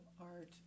art